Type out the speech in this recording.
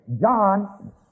John